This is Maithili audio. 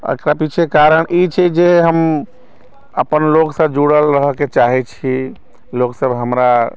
एकरा पीछे कारण ई छै जे हम अपन लोकसँ जुड़ल रहैके चाहे छी लोक सभ हमरा